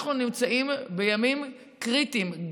אנחנו נמצאים בימים קריטיים,